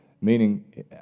meaning